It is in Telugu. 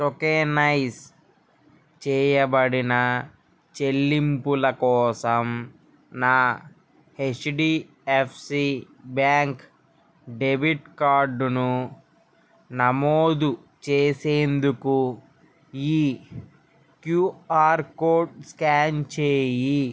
టోకెనైజ్ చేయబడిన చెల్లింపుల కోసం నా హెచ్డిఎఫ్సి బ్యాంక్ డెబిట్ కార్డును నమోదు చేసేందుకు ఈ క్యూఆర్ కోడ్ స్క్యాన్ చేయి